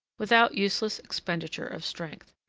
without useless expenditure of strength.